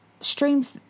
streams